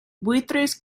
buitres